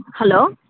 hello